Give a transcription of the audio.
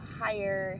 higher